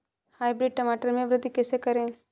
Hybrid टमाटर में वृद्धि कैसे करें?